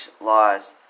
laws